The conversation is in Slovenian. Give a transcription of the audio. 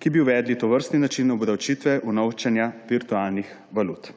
ki bi uvedli tovrstni način obdavčitve unovčenja virtualnih valut.